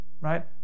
right